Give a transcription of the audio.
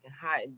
hot